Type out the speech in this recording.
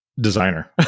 designer